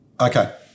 Okay